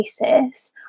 basis